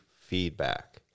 feedback